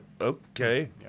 okay